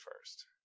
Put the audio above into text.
first